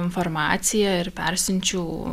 informaciją ir persiunčiau